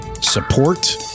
support